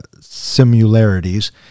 similarities